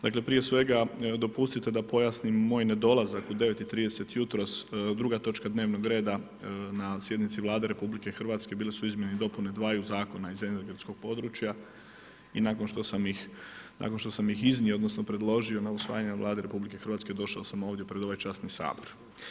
Dakle prije svega dopustite da pojasnim moj nedolazak u 9 i 30 jutros, druga točka dnevnog reda na sjednici Vlade RH bili su izmjene i dopune dvaju zakona iz energetskog područja, i nakon što sam ih iznio odnosno predložio na usvajanju Vlade RH, došao sam ovdje pred ovaj časni Sabor.